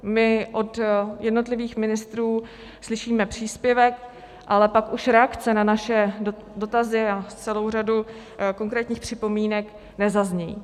My od jednotlivých ministrů slyšíme příspěvek, ale pak už reakce na naše dotazy a celou řadu konkrétních připomínek nezazní.